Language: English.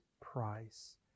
price